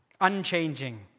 Unchanging